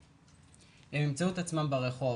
ימצאו את עצמם ברחוב.